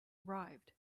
arrived